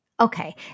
Okay